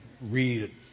read